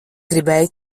gribēju